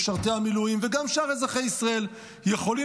משרתי המילואים וגם שאר אזרחי ישראל יכולים